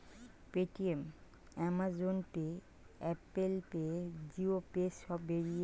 Paytm, Amazon pay, Apple pay, Jio pay সব বেরিয়েছে